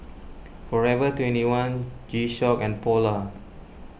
forever twenty one G Shock and Polar